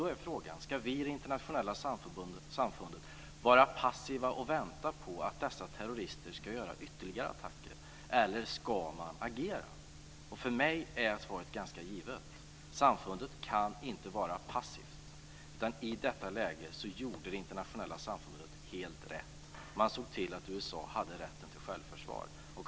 Då är frågan: Ska vi i det internationella samfundet vara passiva och vänta på att dessa terrorister ska göra ytterligare attacker, eller ska vi agera? För mig är svaret ganska givet: Samfundet kan inte vara passivt, så i detta läge gjorde det internationella samfundet helt rätt. Man såg till att USA hade rätten till självförsvar.